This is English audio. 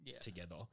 together